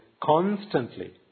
constantly